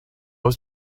was